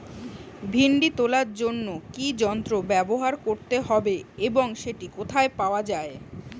ভিন্ডি তোলার জন্য কি যন্ত্র ব্যবহার করতে হবে এবং সেটি কোথায় পাওয়া যায়?